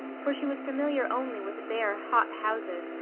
for she was familiar only with bare, hot houses,